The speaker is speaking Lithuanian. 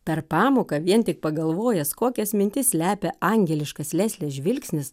per pamoką vien tik pagalvojęs kokias mintis slepia angeliškas leslės žvilgsnis